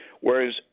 whereas